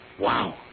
Wow